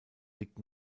liegt